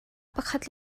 pakhat